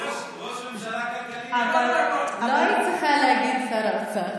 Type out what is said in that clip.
ראש הממשלה, לא היית צריכה להגיד: שר האוצר.